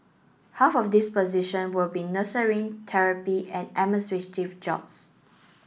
half of these position will be therapy and administrative jobs